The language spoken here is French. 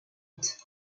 brutes